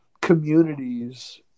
communities